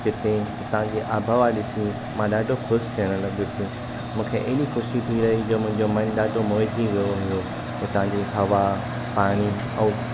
जिते हुतां जी आबहवा ॾिसी मां ॾाढो खु़शि थियणु लॻुसि मूंखे अहिड़ी खु़शी थी रही जो मुंहिंजो मन ॾाढो मोहिजी वयो हुयो हुतां जी हवा पाणी ऐं